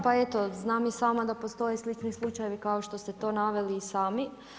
Pa eto, znam i sama da postoje slični slučajevi kao što ste to naveli i sami.